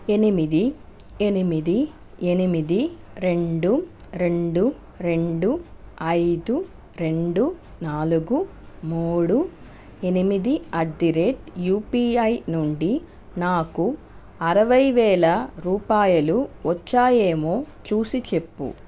ఎనిమిది ఎనిమిది ఎనిమిది రెండు రెండు రెండు ఐదు రెండు నాలుగు మూడు ఎనిమిది అట్ ది రేట్ యూపిఐ నుండి నాకు అరవైవేల రూపాయలు వచ్చాయేమో చూసిచెప్పు